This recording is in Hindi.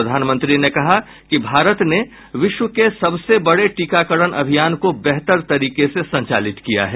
प्रधानमंत्री ने कहा कि भारत ने विश्व के सबसे बड़े टीकाकरण अभियान को बेहतर तरीके से संचालित किया है